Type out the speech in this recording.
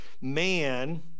man